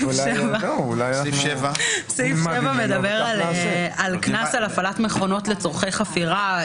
נעבור לסעיף 7. סעיף 7 מדבר על הפעלת מכונות לצורכי חפירה,